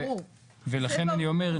ולכן אני אומר,